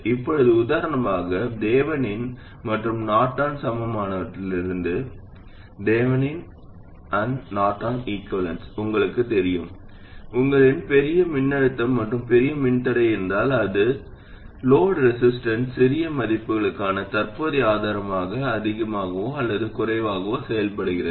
இப்போது உதாரணமாக தெவெனின் மற்றும் நார்டன் சமமானவற்றிலிருந்து உங்களுக்குத் தெரியும் உங்களிடம் பெரிய மின்னழுத்தம் மற்றும் பெரிய மின்தடை இருந்தால் அது சுமை எதிர்ப்பின் சிறிய மதிப்புகளுக்கான தற்போதைய ஆதாரமாக அதிகமாகவோ அல்லது குறைவாகவோ செயல்படுகிறது